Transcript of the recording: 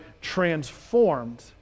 transformed